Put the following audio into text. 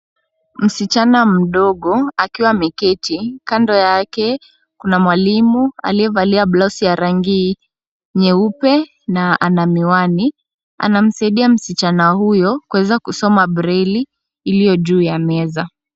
Msichana mdogo akiwa ameketi. Kando yake kuna mwalimu aliyevalia blauzi ya rangi nyeupe na ana miwani anamsaidia msichana huyo kuweza kusoma braille iliyo juu ya meza.